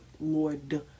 Lord